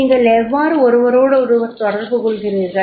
நீங்கள் எவ்வாறு ஒருவரோடொருவர் தொடர்பு கொள்கிறீர்கள்